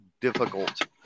difficult